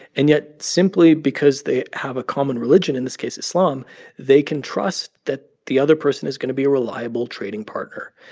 and yet simply because they have a common religion in this case, islam they can trust that the other person is going to be a reliable trading partner.